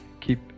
keep